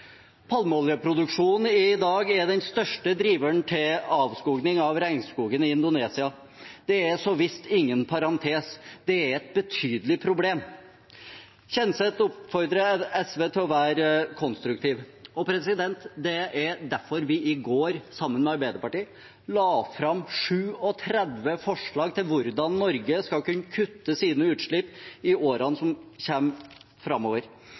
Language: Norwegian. Palmeoljeproduksjonen i dag er den største driveren til avskoging av regnskogen i Indonesia. Det er så visst ingen parentes; det er et betydelig problem. Kjenseth oppfordrer SV til å være konstruktiv, og det er derfor vi i går, sammen med Arbeiderpartiet, la fram 37 forslag til hvordan Norge skal kunne kutte sine utslipp i årene som